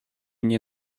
nie